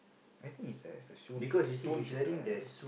I think he's a he's a shone stone shooter